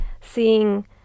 seeing